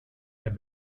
had